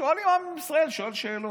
שואלים, עם ישראל שואל שאלות.